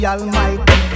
Almighty